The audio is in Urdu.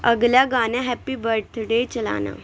اگلا گانا ہیپی برتھ ڈے چلانا